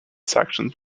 sanctions